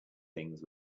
things